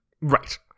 Right